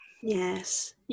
Yes